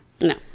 No